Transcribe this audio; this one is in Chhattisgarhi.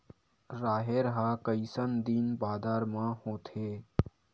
राहेर ह कइसन दिन बादर म होथे?